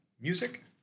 music